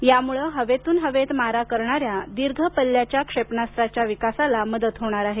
यामुळ हवेतून हवेत मारा करणाऱ्या दीर्घ पल्ल्याच्या क्षेपणास्त्राच्या विकासाला मदत होणार आहे